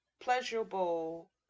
pleasurable